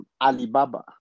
Alibaba